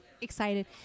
excited